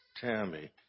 Tammy